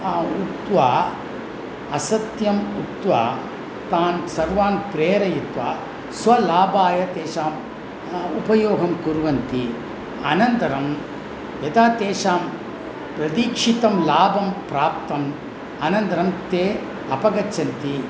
आम् उक्त्वा असत्यम् उक्त्वा तान् सर्वान् प्रेरयित्वा स्वलाभाय तेषाम् उपयोगं कुर्वन्ति अनन्तरं यथा तेषां प्रतीक्षितं लाभं प्राप्तम् अनन्तरं ते अपगच्छन्ति